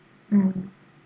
mm